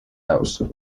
house